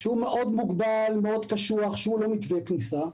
שהוא מוגבל מאוד, קשוח מאוד, שהוא לא מתווה כניסה.